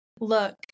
look